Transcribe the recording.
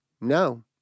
no